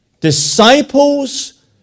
Disciples